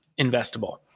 investable